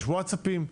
יש וואטסאפים,